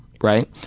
right